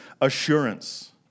assurance